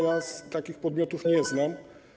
Ja takich podmiotów nie znam.